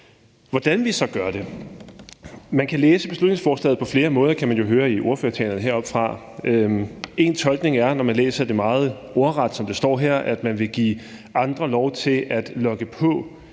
hvordan vi så gør det. Man kan læse beslutningsforslaget på flere måder, kan man jo høre i ordførertalerne heroppefra. Én tolkning er, når man læser det meget ordret, som det står her, at man vil give andre lov til at logge på